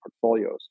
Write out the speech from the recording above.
portfolios